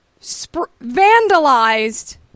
vandalized